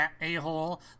a-hole